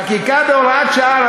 חקיקה בהוראת שעה,